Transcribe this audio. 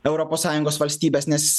europos sąjungos valstybes nes